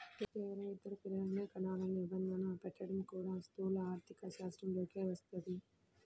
కేవలం ఇద్దరు పిల్లలనే కనాలనే నిబంధన పెట్టడం కూడా స్థూల ఆర్థికశాస్త్రంలోకే వస్తది